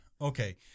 okay